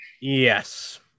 Yes